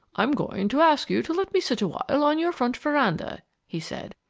i'm going to ask you to let me sit awhile on your front veranda, he said.